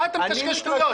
מה אתה מקשקש שטויות?